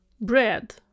bread